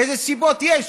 אילו סיבות יש?